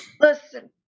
listen